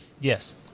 Yes